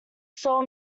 soul